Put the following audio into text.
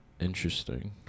Interesting